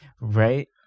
Right